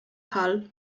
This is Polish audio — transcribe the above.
hal